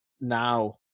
now